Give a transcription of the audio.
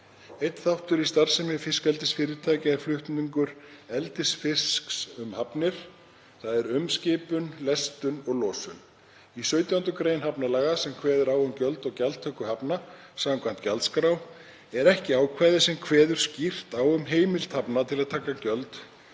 Einn þáttur í starfsemi fiskeldisfyrirtækja er flutningur eldisfisks um hafnir, þ.e. umskipun, lestun og losun. Í 17. gr. hafnalaga sem kveður á um gjöld og gjaldtöku hafna samkvæmt gjaldskrá er ekki ákvæði sem kveður skýrt á um heimild hafna til að taka gjöld